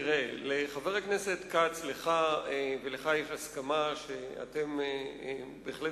תראה, לחבר הכנסת כץ ולך יש הסכמה שאתם בהחלט